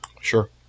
Sure